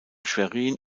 schwerin